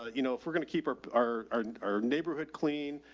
ah you know, if we're gonna keep our, our, our, our neighborhood clean,